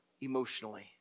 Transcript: emotionally